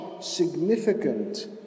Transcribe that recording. significant